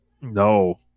No